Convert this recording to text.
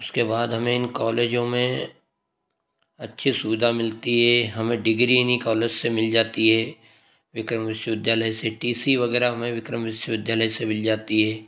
उसके बाद हमें इन कॉलेजों में अच्छी सुविधा मिलती है हमें डिग्री भी कॉलेज से मिल जाती है विक्रम विश्वविद्यालय से टी सी वगैरह हमें विक्रम विश्वविद्यालय से मिल जाती है